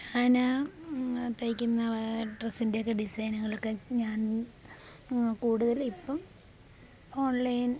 ഞാനാ തയ്ക്കുന്ന ഡ്രസ്സിൻ്റെയൊക്കെ ഡിസൈനുകളൊക്കെ ഞാൻ കൂടുതല് ഇപ്പോള് ഓൺലൈൻ